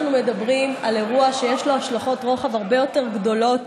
אנחנו מדברים על אירוע שיש לו השלכות רוחב הרבה יותר גדולות.